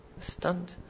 Stunned